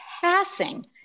passing